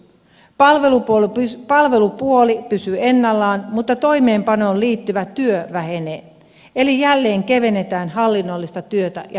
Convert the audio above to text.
palvelupuoli pysyy ennallaan mutta toimeenpanoon liittyvä työ vähenee eli jälleen kevennetään hallinnollista työtä ja byrokratiaa